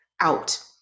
out